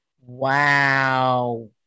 wow